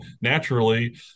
naturally